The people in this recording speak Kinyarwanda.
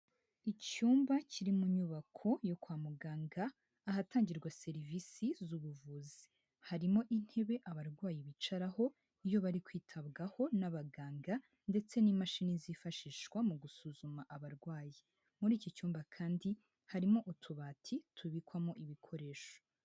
Icyumba kiri mu nyubako yo kwa muganga, ahatangirwa serivisi z'ubuvuzi. Harimo intebe abarwayi bicaraho, iyo bari kwitabwaho n'abaganga ndetse n'imashini zifashishwa mu gusuzuma abarwayi. Muri iki cyumba kandi harimo utubati tubikwamo ibikoresho.